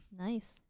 Nice